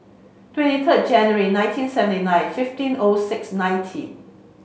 twenty third January nineteen seventy nine fifteen O six nineteen